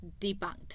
debunked